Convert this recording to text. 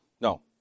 No